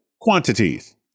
quantities